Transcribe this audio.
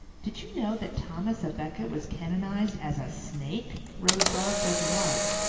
did you know that thomas a becket was canonized as a snake? rose bell says he was.